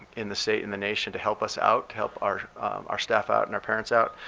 in the state and the nation to help us out, help our our staff out and our parents out.